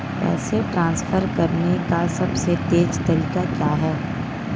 पैसे ट्रांसफर करने का सबसे तेज़ तरीका क्या है?